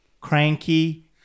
cranky